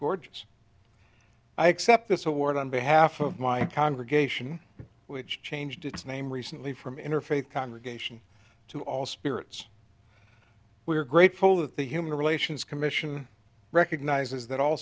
gorgeous i accept this award on behalf of my congregation which changed its name recently from interfaith congregation to all spirits we are grateful that the human relations commission recognizes that all